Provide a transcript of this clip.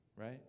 right